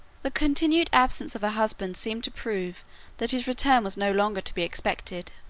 the continued absence of her husband seemed to prove that his return was no longer to be expected.